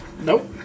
Nope